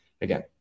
Again